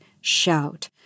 shout